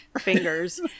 fingers